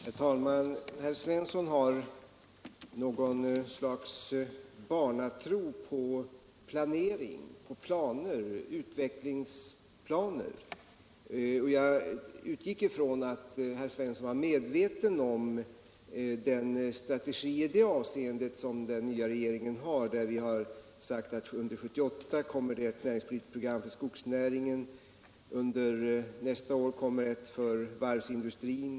Herr talman! Herr Svensson i Malmö har något slags barnatro på utvecklingsplaner. Jag utgick från att herr Svensson var medveten om den strategi i detta avseende som den nya regeringen har. Vi har ju sagt att under 1978 kommer ett näringspolitiskt program för skogsnäringen och under nästa år kommer ett för varvsindustrin.